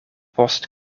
post